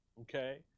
okay